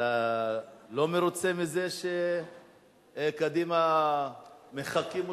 אתה לא מרוצה מזה שקדימה מחקים אתכם,